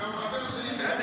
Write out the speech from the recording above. הוא גם חבר שלי.